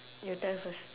you tell first